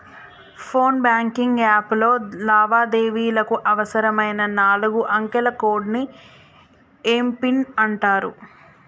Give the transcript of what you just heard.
phone banking app లో లావాదేవీలకు అవసరమైన నాలుగు అంకెల కోడ్ని ఏం పిన్ అంటారు